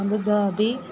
Abu Dhabi